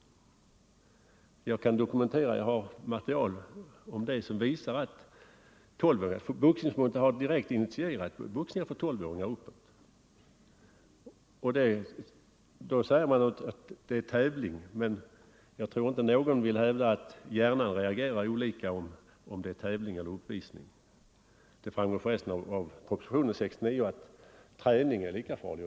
Jag har material som dokumenterar att Boxningsförbundet direkt har initierat boxning för 12-åringar och äldre. Då sägs det inte vara fråga om tävling. Men jag tror inte att någon kan hävda att hjärnan reagerar olika under tävling och vid uppvisning. Det framgår för övrigt av 1969 års proposition att träningen är lika farlig.